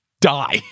Die